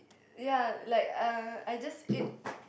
ya like uh I just ate